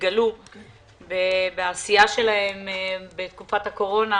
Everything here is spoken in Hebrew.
שהתגלו בעשייה שלהם בתקופת הקורונה.